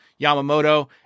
Yamamoto